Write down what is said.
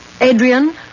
Adrian